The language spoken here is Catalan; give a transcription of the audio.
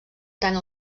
tant